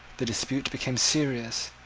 the dispute became serious.